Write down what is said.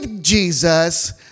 Jesus